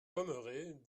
pommerais